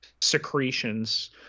secretions